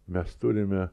mes turime